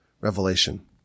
revelation